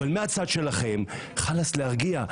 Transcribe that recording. אבל מהצד שלכם, חאלס, להרגיע.